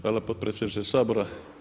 Hvala potpredsjedniče Sabora.